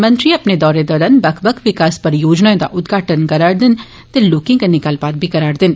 मंत्री अपने दौरे दौरान बक्ख बक्ख विकास परियोजनाएं दा उदघाटन करङन ते लोर्के कन्नै गल्लबात करडन